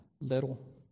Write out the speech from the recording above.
Little